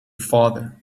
father